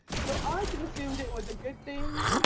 so i just assumed it was a good thing.